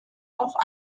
auch